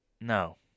No